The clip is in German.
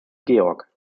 georg